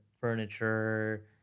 furniture